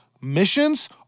missions